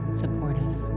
supportive